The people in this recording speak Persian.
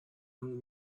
اون